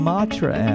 Matra